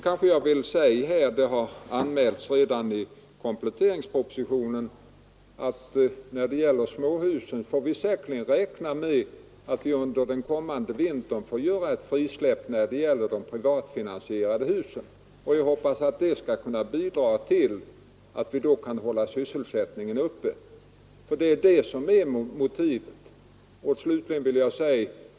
Det har redan anmälts i kompletteringspropositionen att vi när det gäller småhusen i nyproduktionen säkerligen får räkna med att under den kommande vintern göra ett frisläpp för de privatfinansierade husen. Jag hoppas att det skall kunna bidra till att hålla sysselsättningen uppe, vilket är vårt motiv.